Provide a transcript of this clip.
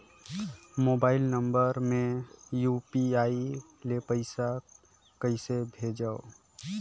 Mobile number मे UPI ले पइसा कइसे भेजवं?